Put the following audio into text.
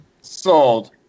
Sold